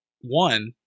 one